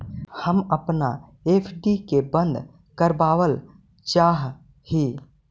हम अपन एफ.डी के बंद करावल चाह ही